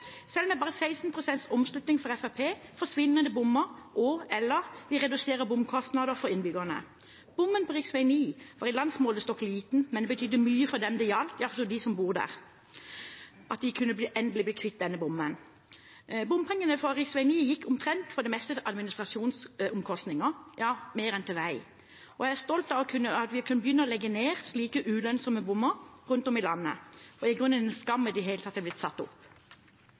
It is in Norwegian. Selv med bare 16 pst. oppslutning for Fremskrittspartiet forsvinner det bommer, og/eller vi reduserer bomkostnadene for innbyggerne. Bommen på rv. 9 var i landsmålestokk liten, men det betydde mye for dem det gjaldt, de som bor der, at de endelig kunne bli kvitt denne bommen. Bompengene fra rv. 9 gikk for det meste til administrasjonsomkostninger, ja, mer enn til vei, og jeg er stolt av at vi har begynt å legge ned slike ulønnsomme bommer rundt om i landet. Det er i grunnen en skam at de i det hele tatt ble satt opp.